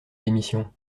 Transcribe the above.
démission